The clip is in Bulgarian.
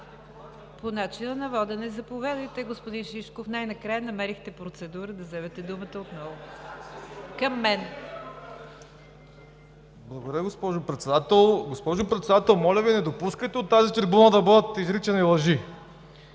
По начина на водене – заповядайте, господин Шишков. Най-накрая намерихте процедура да вземете думата отново. Към мен! МЛАДЕН ШИШКОВ (ГЕРБ): Благодаря, госпожо Председател. Госпожо Председател, моля Ви, не допускайте от тази трибуна да бъдат изричани лъжи!